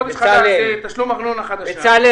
חודש חדש תשלום ארנונה חדשה,